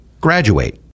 graduate